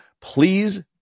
please